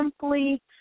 simply